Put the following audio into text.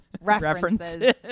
references